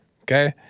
okay